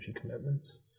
commitments